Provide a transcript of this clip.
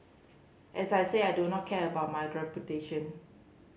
as I said I do not care about my reputation